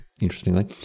interestingly